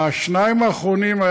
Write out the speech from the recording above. השניים האחרונים,